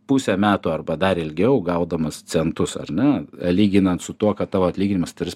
pusę metų arba dar ilgiau gaudamas centus ar ne lyginant su tuo kad tavo atlyginimas tris